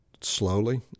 slowly